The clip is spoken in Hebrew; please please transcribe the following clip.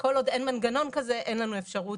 כל עוד אין מנגנון כזה אין לנו אפשרות,